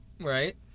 Right